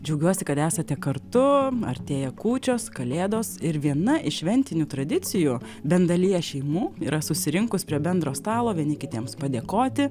džiaugiuosi kad esate kartu artėja kūčios kalėdos ir viena iš šventinių tradicijų bent dalyje šeimų yra susirinkus prie bendro stalo vieni kitiems padėkoti